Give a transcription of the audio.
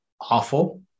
awful